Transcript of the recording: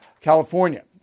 California